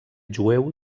jueu